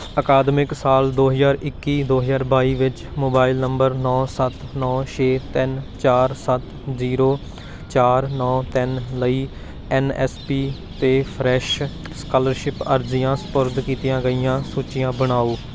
ਅਕਾਦਮਿਕ ਸਾਲ ਦੋ ਹਜ਼ਾਰ ਇੱਕੀ ਦੋ ਹਜ਼ਾਰ ਬਾਈ ਵਿੱਚ ਮੋਬਾਈਲ ਨੰਬਰ ਨੌਂ ਸੱਤ ਨੌਂ ਛੇ ਤਿੰਨ ਚਾਰ ਸੱਤ ਜੀਰੋ ਚਾਰ ਨੌਂ ਤਿੰਨ ਲਈ ਐੱਨ ਐੱਸ ਪੀ 'ਤੇ ਫਰੈਸ਼ ਸਕਾਲਰਸ਼ਿਪ ਅਰਜ਼ੀਆਂ ਸਪੁਰਦ ਕੀਤੀਆਂ ਗਈਆਂ ਸੂਚੀਆਂ ਬਣਾਓ